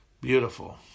Beautiful